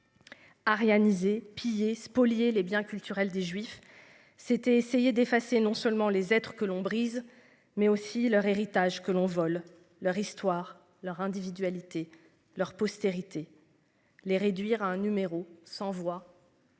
réaliser piller spolier les biens culturels des juifs, c'était essayer d'effacer non seulement les être que l'on brise mais aussi leur héritage que l'on vole leur histoire, leur individualité leur postérité. Les réduire à un numéro sans voix.